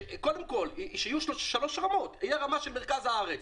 קודם כול שיהיו שלוש רמות: תהיה רמה של מרכז הארץ,